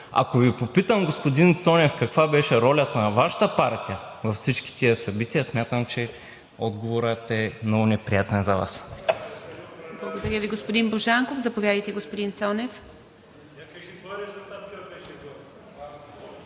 Ако Ви попитам, господин Цонев, каква беше ролята на Вашата партия във всички тези събития, смятам, че отговорът е много неприятен за Вас. ПРЕДСЕДАТЕЛ ИВА МИТЕВА: Благодаря Ви, господин Божанков. Заповядайте, господин Цонев.